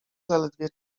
zaledwie